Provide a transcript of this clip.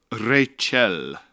Rachel